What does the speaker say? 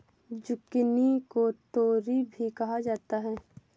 zucchini को तोरी भी कहा जाता है